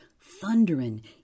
thundering